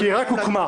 כי הממשלה רק הוקמה.